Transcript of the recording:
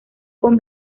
con